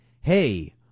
hey